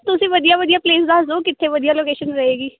ਤੁਸੀਂ ਵਧੀਆ ਵਧੀਆ ਪਲੇਸ ਦੱਸ ਦੋਓ ਕਿੱਥੇ ਵਧੀਆ ਲੋਕੇਸ਼ਨ ਰਹੇਗੀ